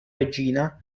regina